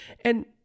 And-